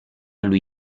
lui